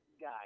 guy